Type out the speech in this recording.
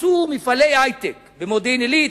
עשו מפעלי היי-טק במודיעין-עילית.